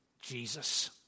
Jesus